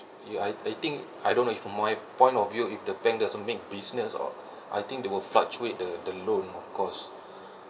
ya I I think I don't know from my point of view if the bank doesn't make business or I think they will fluctuate the the loan of course